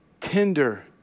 tender